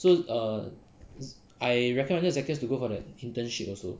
so err I recommended zakirs to go for that internship also